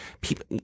people